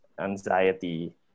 anxiety